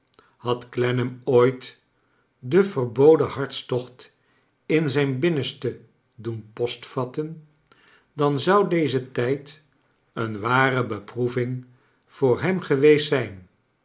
had clennam ooit den verboden hartstocht in zijn binnenste doen postvatten dan zou deze tijd een ware beproeving voor hem geweest zijn